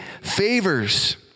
favors